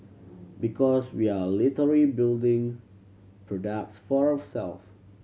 because we are literally building products for ourself